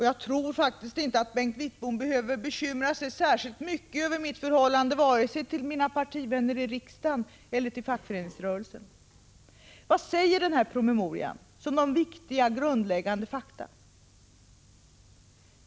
Jag tror faktiskt inte att Bengt Wittbom behöver bekymra sig särskilt mycket över mitt förhållande till vare sig mina partivänner i riksdagen eller fackföreningsrörelsen. Vad sägs då i denna promemoria? Vilka är de viktiga grundläggande fakta som presenteras?